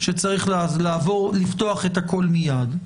שצריך לפתוח את הכול מייד.